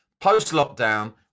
post-lockdown